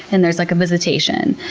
and there's like a visitation.